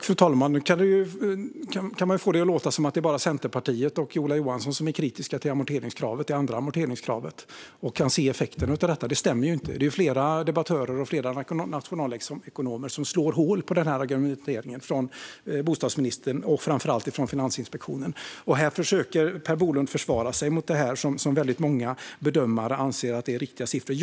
Fru talman! Bostadsministern får det att låta som att det bara är jag och Centerpartiet som är kritiska till det andra amorteringskravet och kan se effekterna av det. Men det stämmer inte. Det är flera debattörer och nationalekonomer som slår hål på bostadsministerns och Finansinspektionens argument. Per Bolund försöker försvara sig mot det som många bedömare anser vara korrekta siffror.